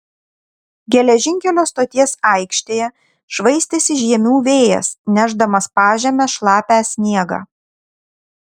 geležinkelio stoties aikštėje švaistėsi žiemių vėjas nešdamas pažeme šlapią sniegą